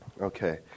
Okay